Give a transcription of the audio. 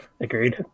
Agreed